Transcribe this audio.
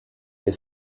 des